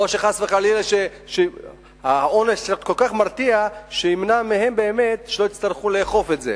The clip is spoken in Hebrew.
או שהעונש צריך להיות כל כך מרתיע שלא יצטרכו לאכוף אותו,